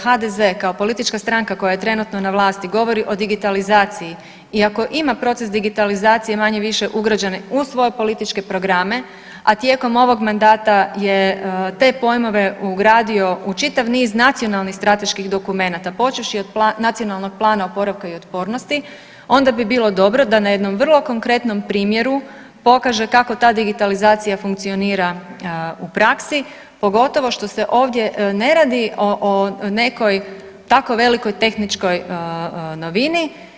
HDZ kao politička stranka koja je trenutno na vlasti govori o digitalizaciji i ako ima proces digitalizacije manje-više ugrađen u svoje političke programe, a tijekom ovog mandata je te pojmove ugradio u čitav niz nacionalnih strateških dokumenata, počevši od Nacionalnog plana oporavka i otpornosti onda bi bilo dobro da na jednom vrlo konkretnom primjeru pokaže kako ta digitalizacija funkcionira u praksi, pogotovo što se ovdje ne radi o nekoj tako velikoj tehničkoj novini.